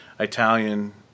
Italian